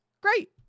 Great